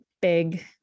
big